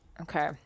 Okay